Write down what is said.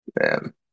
Man